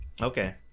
Okay